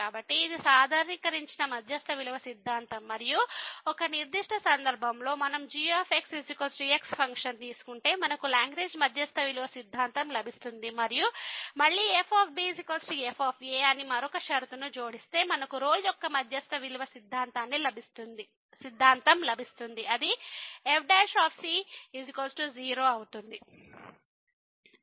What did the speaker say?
కాబట్టి ఇది సాధారణీకరించిన మధ్యస్థ విలువ సిద్ధాంతం మరియు ఒక నిర్దిష్ట సందర్భంలో మనం g xx ఫంక్షన్ తీసుకుంటే మనకు లాగ్రేంజ్ మధ్యస్థ విలువ సిద్ధాంతం లభిస్తుంది మరియు మళ్ళీ f b f అని మరొక షరతును జోడిస్తే మనకు రోల్ యొక్క మధ్యస్థ విలువ సిద్ధాంతం లభిస్తుందిఅదిfc0 అవుతుంది